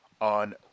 on